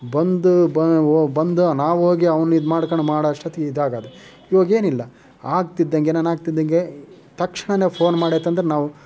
ಬಂದು ಬ ಒ ಬಂದು ನಾವು ಹೋಗಿ ಅವ್ನು ಇದು ಮಾಡ್ಕೊಂಡು ಮಾಡೋಷ್ಟೊತ್ತಿಗೆ ಇದಾಗೋದು ಇವಾಗೇನಿಲ್ಲ ಆಗ್ತಿದ್ದಂಗೆ ಏನಾರು ಆಗ್ತಿದ್ದಂಗೆ ತಕ್ಷ್ಣವೇ ಫೋನ್ ಮಾಡೈತಂದ್ರೆ ನಾವು